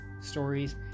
stories